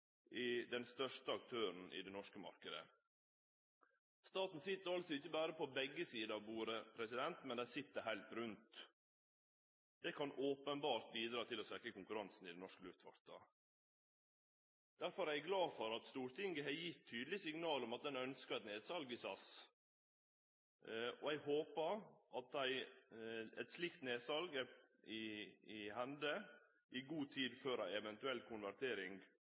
den største aktøren i den norske marknaden. Staten sit altså ikkje berre på begge sider av bordet, men han sit heilt rundt. Det kan openbert bidra til å svekkje konkurransen i den norske luftfarten. Derfor er eg glad for at Stortinget har gitt tydeleg signal om at ein ønskjer eit nedsal i SAS. Eg håpar at eit slikt nedsal har skjedd i god tid før ei eventuell konvertering